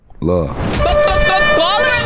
Love